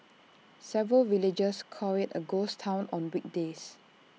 several villagers call IT A ghost Town on weekdays